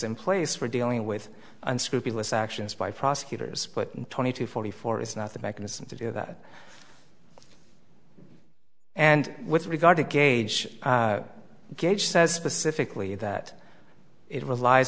in place for dealing with unscrupulous actions by prosecutors put in twenty to forty four is not the mechanism to do that and with regard to gauge gauge says specifically that it